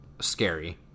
Scary